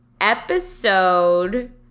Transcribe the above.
episode